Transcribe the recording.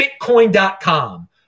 Bitcoin.com